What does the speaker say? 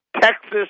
Texas